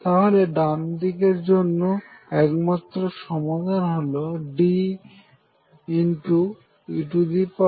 তাহলে ডান দিকের জন্য একমাত্র সমাধান হলো D e αx